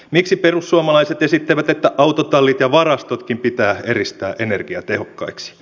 miksi perussuomalaiset esittävät että autotallit ja varastotkin pitää eristää energiatehokkaiksi